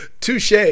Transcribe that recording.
touche